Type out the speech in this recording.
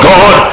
God